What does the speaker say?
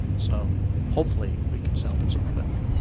so hopefully, we can salvage some but yeah